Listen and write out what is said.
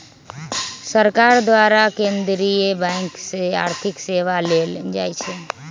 सरकार द्वारा केंद्रीय बैंक से आर्थिक सेवा लेल जाइ छइ